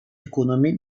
ekonomi